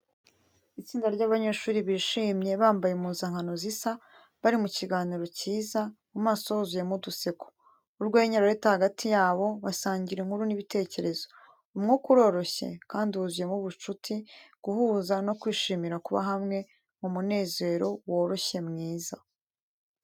Itsinda ry'abanyeshuri bishimye bambaye impuzankano zisa, bari mu kiganiro cyiza, mu maso huzuyemo uduseko. Urwenya rurahita hagati yabo, basangira inkuru n’ibitekerezo. Umwuka uroroshye, kandi wuzuyemo ubucuti, guhuza no kwishimira kuba hamwe mu munezero woroshye mwiza.